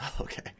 Okay